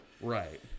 Right